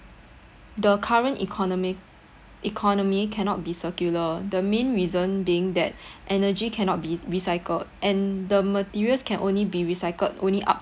the current economic economy cannot be circular the main reason being that energy cannot be recycled and the materials can only be recycled only up